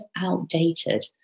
outdated